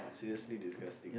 seriously disgusting